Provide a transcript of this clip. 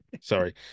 sorry